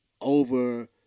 over